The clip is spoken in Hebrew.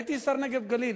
הייתי שר נגב גליל,